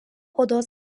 odos